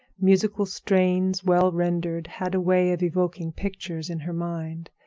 musical strains, well rendered, had a way of evoking pictures in her mind.